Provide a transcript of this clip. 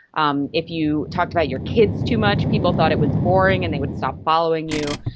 um if you talked about your kids too much people thought it was boring and they would stop following you.